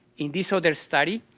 in this other study,